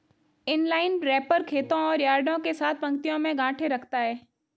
inline wrapper खेतों और यार्डों के साथ पंक्तियों में गांठें रखता है